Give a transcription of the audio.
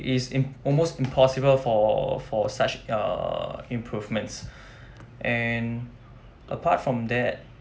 it's im~ almost impossible for for such err improvements and apart from that